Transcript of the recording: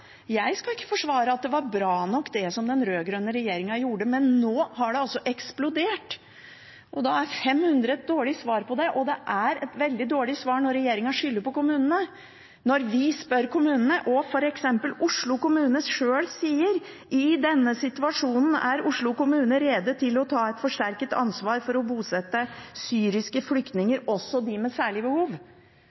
Jeg skal ikke forsvare at det var bra nok det som den rød-grønne regjeringen gjorde, men nå har det altså eksplodert. Da er 500 et dårlig svar på det, og det er et veldig dårlig svar når regjeringen skylder på kommunene – når vi spør kommunene, og f.eks. Oslo kommune sjøl sier: «I denne situasjonen er Oslo kommune rede til å ta et forsterket ansvar for å bosette syriske flyktninger, også dem med særlige behov.» Og tilsvarende vedtak er det i de